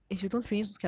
!wah! how ah